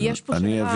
כי יש פה שאלה,